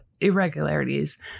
irregularities